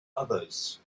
others